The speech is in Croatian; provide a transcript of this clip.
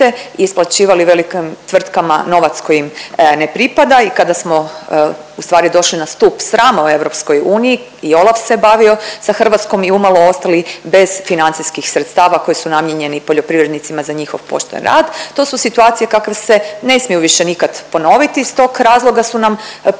isplaćivali velikim tvrtkama novac koji im ne pripada i kada smo ustvari došli na stup srama u EU i OLAF se bavio sa Hrvatskom i umalo ostali bez financijskih sredstava koji su namijenjeni poljoprivrednicima za njihov pošten rad. To su situacije kakve se ne smiju više nikad ponoviti i iz tog su nam potrebni